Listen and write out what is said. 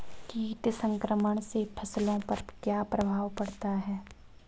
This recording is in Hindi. कीट संक्रमण से फसलों पर क्या प्रभाव पड़ता है?